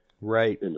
Right